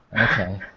Okay